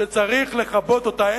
שצריך לכבות אותה.